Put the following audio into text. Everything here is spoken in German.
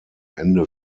ende